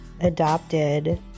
adopted